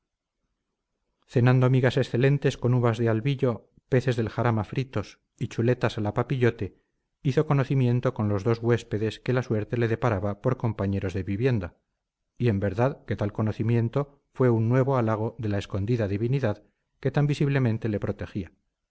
cenando migas excelentes con uvas de albillo peces del jarama fritos y chuletas a la papillote hizo conocimiento con los dos huéspedes que la suerte le deparaba por compañeros de vivienda y en verdad que tal conocimiento fue un nuevo halago de la escondida divinidad que tan visiblemente le protegía